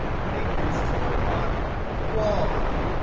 when it gets to the product quad,